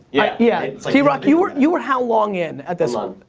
yeah. yeah like yeah, drock you were you were how long in at this um